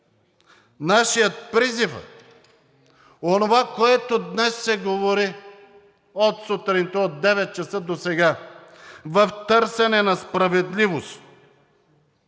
нашият призив е, онова, което днес се говори от сутринта, от 9,00 ч. до сега, в търсене на справедливост